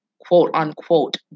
quote-unquote